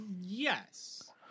yes